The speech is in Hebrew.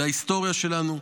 להיסטוריה שלנו,